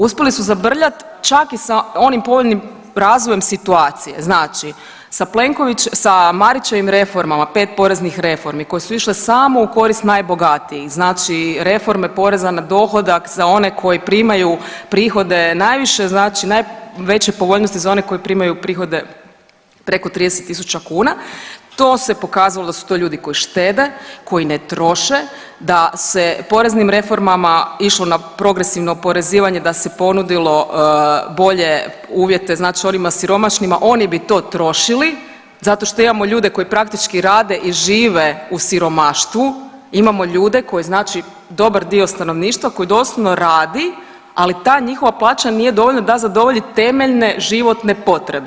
Uspjeli su zabrljat čak i sa oni povoljnim razvojem situacije, znači sa reformama, pet poreznih reformi koje su išle samo u korist najbogatijih, znači reforme poreza na dohodak za one koji primaju prihode najviše znači najveće povoljnosti za one koji primaju prihode preko 30.000, to su pokazalo da su to ljudi koji štede, koji ne troše, da se poreznim reformama išlo na progresivno oporezivanje da se ponudilo bolje uvjete onim siromašnima, oni bi to trošili zato što imamo ljude koji praktički rade i žive u siromaštvu, imamo ljude koje znači dobar dio stanovništva koji doslovno radi, ali ta njihova plaća nije dovoljna da zadovolji temeljne životne potrebe.